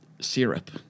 syrup